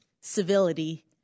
civility